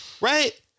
Right